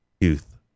youth